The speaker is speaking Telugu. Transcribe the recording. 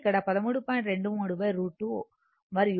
కాబట్టి ఇదే విధంగా సమానంగా ఉంటుంది 13